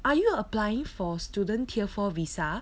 are you applying for student tier four visa